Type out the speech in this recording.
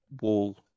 wall